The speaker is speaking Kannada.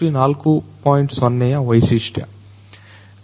0ಯ ವೈಶಿಷ್ಟ್ಯ